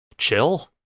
Chill